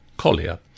Collier